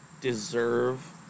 deserve